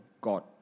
God